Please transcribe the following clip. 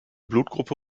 blutgruppe